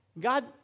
God